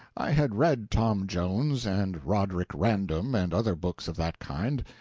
i had read tom jones, and roderick random, and other books of that kind,